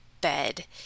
bed